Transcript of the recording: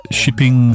shipping